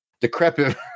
decrepit